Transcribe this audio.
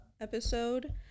episode